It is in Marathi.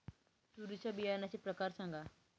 तूरीच्या बियाण्याचे प्रकार सांगा